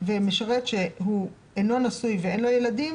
למשרת שהוא אינו נשוי ואין לו ילדים